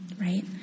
Right